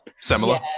Similar